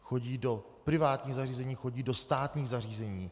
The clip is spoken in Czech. Chodí do privátních zařízení, chodí do státních zařízení.